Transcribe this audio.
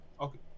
okay